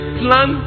plan